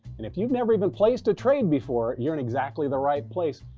and if you've never even placed a trade before, you're in exactly the right place.